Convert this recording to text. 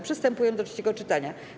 Przystępujemy do trzeciego czytania.